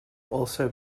also